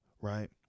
right